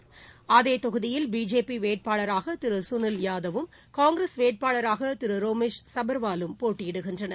அவர் போட்டியிடும் தொகுதியில் பிஜேபி வேட்பாளராக திரு சுனில் யாதவும் காங்கிரஸ் வேட்பாளராக திரு ரோமேஷ் சபர்வாலும் போட்டியிடுகின்றனர்